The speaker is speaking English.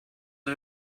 are